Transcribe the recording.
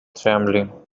trembling